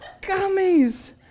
gummies